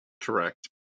Correct